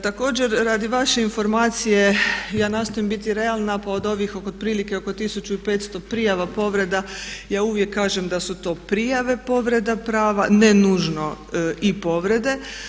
Također radi vaše informacije, ja nastojim biti realna pa od ovih otprilike od 1500 prijava povreda ja uvijek kažem da su to prijave povreda prava ne nužno i povrede.